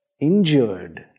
injured